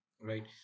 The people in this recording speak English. right